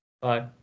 Bye